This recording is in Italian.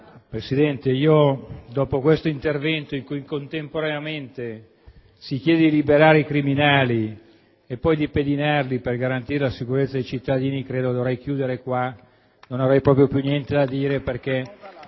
Presidente, dopo questo intervento in cui contemporaneamente si chiede di liberare i criminali e poi di pedinarli per garantire la sicurezza dei cittadini, credo dovrei concludere subito, perché non avrei più niente da dire.*(Applausi